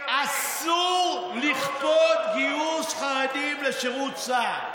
אסור לכפות גיוס חרדים לשירות בצה"ל.